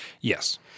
Yes